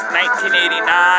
1989